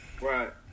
Right